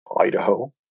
Idaho